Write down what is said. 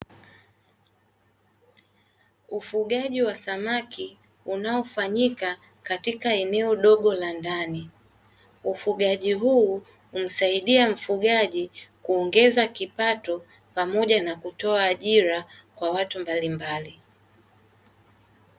Ufugaji wa samaki unaofanyika katika eneo dogo la ndani. Ufugaji huu humsaidia mfugaji kuongeza kipato pamoja na kutoa ajira kwa watu mbalimbali.